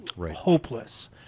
hopeless